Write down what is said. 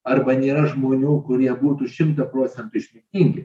arba nėra žmonių kurie būtų šimtą procentų išmintingi